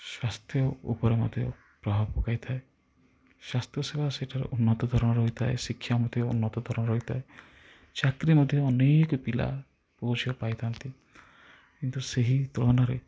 ସ୍ୱାସ୍ଥ୍ୟ ଉପରେ ମଧ୍ୟ ପ୍ରଭାବ ପକାଇଥାଏ ସ୍ୱାସ୍ଥ୍ୟ ସେବା ସେଠାରେ ଉନ୍ନତ ଧରଣର ହୋଇଥାଏ ଶିକ୍ଷା ମଧ୍ୟ ଉନ୍ନତ ଧରଣର ହୋଇଥାଏ ଚାକିରି ମଧ୍ୟ ଅନେକ ପିଲା ପୁଅ ଝିଅ ପାଇଥାନ୍ତି କିନ୍ତୁ ସେହି ତୁଳନାରେ